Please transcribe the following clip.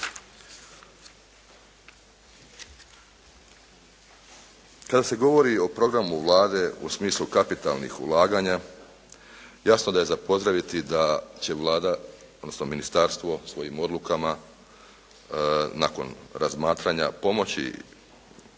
Kada se govori o programu Vlade u smislu kapitalnih ulaganja jasno da je za pozdraviti da će Vlada odnosno ministarstvo svojim odlukama nakon razmatranja pomoći